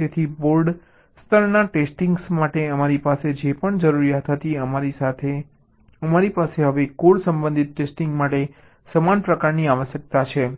તેથી બોર્ડ સ્તરના ટેસ્ટિંગ માટે અમારી પાસે જે પણ જરૂરિયાત હતી અમારી પાસે હવે કોર સંબંધિત ટેસ્ટિંગ માટે સમાન પ્રકારની આવશ્યકતા છે